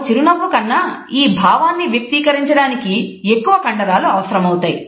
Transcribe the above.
ఒక చిరునవ్వు కన్నా ఈ భావాన్ని వ్యక్తీకరించడానికి ఎక్కువ కండరాలు అవసరమవుతాయి